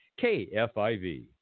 KFIV